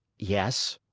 yes.